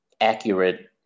accurate